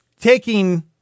taking